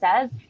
says